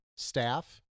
staff